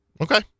Okay